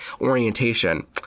orientation